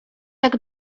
jak